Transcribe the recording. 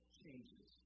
changes